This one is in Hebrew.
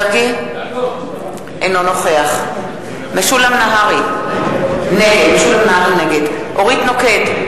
אינו נוכח משולם נהרי, נגד אורית נוקד,